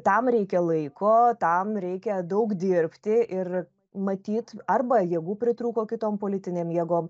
tam reikia laiko tam reikia daug dirbti ir matyt arba jėgų pritrūko kitom politinėm jėgom